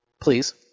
Please